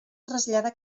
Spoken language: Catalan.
trasllada